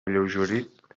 alleugerit